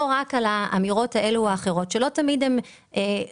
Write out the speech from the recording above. לא רק לשמוע את האמירות שלא תמיד הן נכונות,